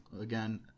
again